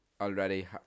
Already